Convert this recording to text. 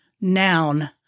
noun